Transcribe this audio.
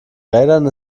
rädern